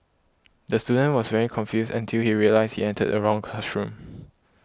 the student was very confused until he realised he entered the wrong classroom